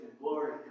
glory